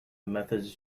methods